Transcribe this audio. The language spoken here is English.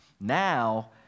Now